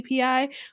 API